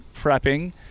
prepping